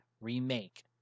remake